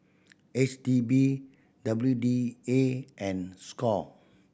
H D B W D A and score